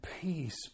peace